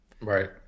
Right